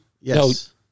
Yes